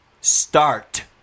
start